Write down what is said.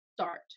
Start